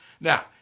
Now